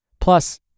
Plus